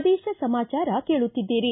ಪ್ರದೇಶ ಸಮಾಚಾರ ಕೇಳುತ್ತಿದ್ದೀರಿ